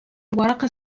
الورق